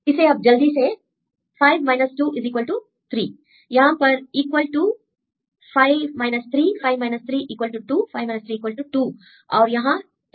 इसे अब जल्दी से 5 2 3 यहां पर इक्वल टू 5 3 5 3 2 5 3 2 और यहां 8